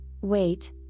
wait